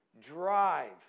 drive